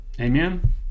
Amen